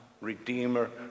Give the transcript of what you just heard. Redeemer